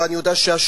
ואני יודע שהשוטרים,